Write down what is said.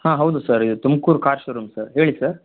ಹಾಂ ಹೌದು ಸರ್ ಇದು ತುಮ್ಕೂರು ಕಾರ್ ಶೋರೂಮ್ ಸರ್ ಹೇಳಿ ಸರ್